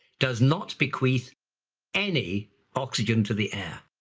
does not bequeath any oxygen to the air.